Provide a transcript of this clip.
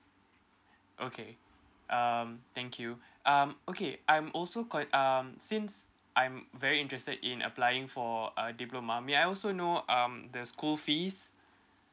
okay um thank you um okay I'm also quite um since I'm very interested in applying for a diploma may I also know um the school fees